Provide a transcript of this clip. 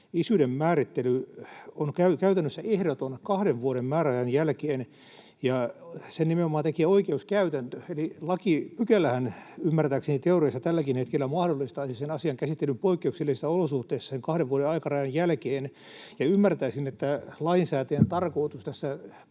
isyyden määrittely on käytännössä ehdoton kahden vuoden määräajan jälkeen ja sen nimenomaan tekee oikeuskäytäntö — eli lakipykälähän ymmärtääkseni teoriassa tälläkin hetkellä mahdollistaisi sen asian käsittelyn poikkeuksellisissa olosuhteissa sen kahden vuoden aikarajan jälkeen. Ja kun ymmärtäisin, että lainsäätäjän tarkoitus tässä